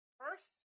first